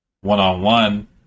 one-on-one